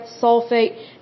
sulfate